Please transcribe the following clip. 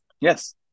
Yes